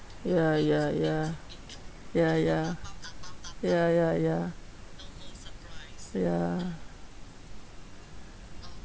ya ya ya ya ya ya ya ya ya